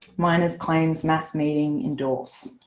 miners claims mass meeting endorse